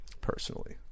personally